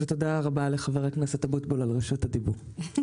ותודה רבה לחבר הכנסת אבוטבול על רשות הדיבור.